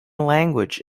language